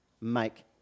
make